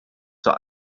zur